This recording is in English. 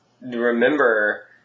remember